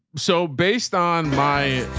so based on my